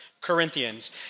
Corinthians